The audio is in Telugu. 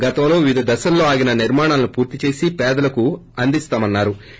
గతంలో వివిధ దశల్లో ఆగిన నిర్మాణాలు పూర్తి చేసి పేదలకు అందజేస్తామని అన్నా రు